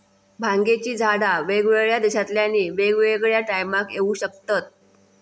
भांगेची झाडा वेगवेगळ्या देशांतल्यानी वेगवेगळ्या टायमाक येऊ शकतत